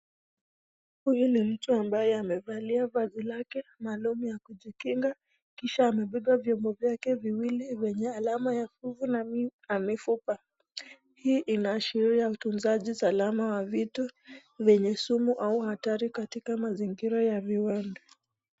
Huyu ni mtu ambaye amevalia vazi lake maalum ya kujikinga, kisha amebeba vyombo zake viwili yenye alama ya mifupa. Hii inaashiria utunzaji salama wa vitu vyenye sumu au hatari katika mazingira ya viwanda.